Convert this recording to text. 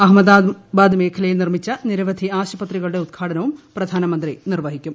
അഹമ്മദാബാദ് മേഖലയിൽ നിർമ്മിച്ച നിരവധി ആശുപത്രികളുടെ ഉദ്ഘാട്ടിയും പ്രധാനമന്ത്രി നിർവ്വഹിക്കും